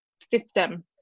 system